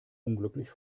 unglücklich